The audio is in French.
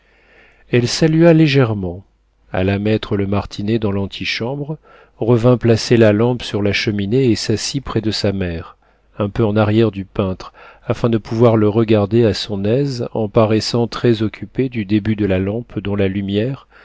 elle salua légèrement alla mettre le martinet dans l'antichambre revint placer la lampe sur la cheminée et s'assit près de sa mère un peu en arrière du peintre afin de pouvoir le regarder à son aise en paraissant très occupée du début de la lampe dont la lumière